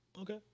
Okay